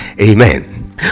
Amen